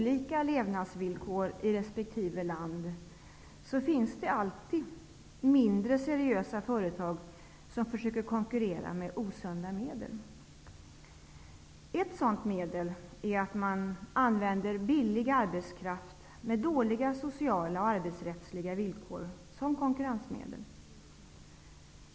land finns det alltid mindre seriösa företag som försöker konkurrera med osunda medel. Ett sådant konkurrensmedel är att man använder billig arbetskraft med dåliga sociala och arbetsrättsliga villkor.